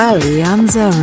Alianza